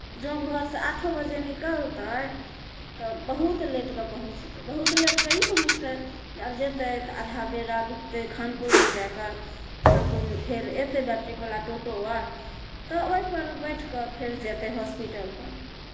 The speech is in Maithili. जँ घरसँ आठो बजे निकलतै तऽ बहुत लेटके पहुँचतै बहुत लेटकेँ ई पहुँचतै जे आब जेतै तऽ आधा बेर आब रुकतै खानपुरमे जायके खानपुरमे फेर अयतै बैट्रीकवला टोटो अर तऽ ओहिपर बैठि कऽ फेर जेतै हॉस्पिटलपर